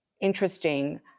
interesting